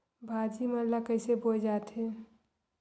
भाजी मन ला कइसे बोए जाथे?